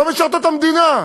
לא משרתות את המדינה,